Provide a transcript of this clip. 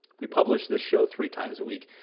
we publish this show three times a week.